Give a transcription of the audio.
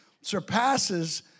surpasses